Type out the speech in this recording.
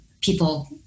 people